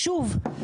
שוב,